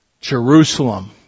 Jerusalem